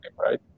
right